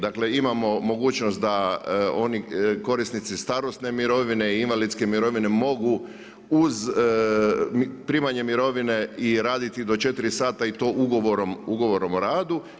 Dakle imamo mogućnost da oni korisnici starosne mirovine i invalidske mirovine mogu uz primanje mirovine i raditi do 4 sata i u to ugovorom o radu.